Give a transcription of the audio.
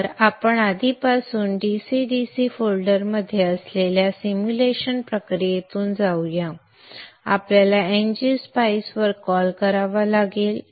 तर आपण आधीपासून DC DC फोल्डरमध्ये असलेल्या सिम्युलेशन प्रक्रियेतून जाऊ या आपल्याला ngSpice वर कॉल करावा लागेल